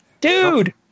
Dude